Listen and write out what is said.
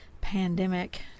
pandemic